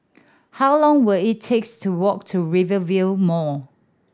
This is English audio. how long will it takes to walk to Rivervale Mall